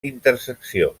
intersecció